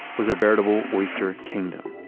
was a veritable oyster kingdom.